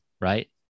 right